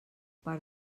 per